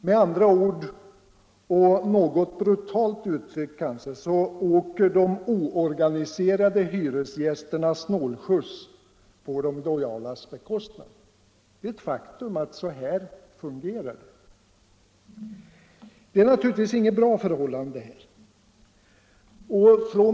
De oorganiserade hyresgästerna åker med andra ord och kanske något brutalt uttryckt snålskjuts på de lojalas bekostnad. Det är ett faktum att det är så. Detta är naturligtvis inte något bra förhållande.